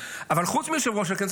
שלא נשכח מי זה יושב-ראש הכנסת.